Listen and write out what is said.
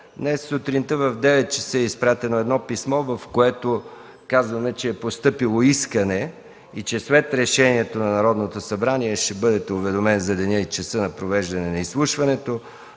Днес сутринта в 9,00 ч. е изпратено писмо, в което казваме, че е постъпило искане и че след решението на Народното събрание ще бъдете уведомен за деня и часа на провеждане на изслушването.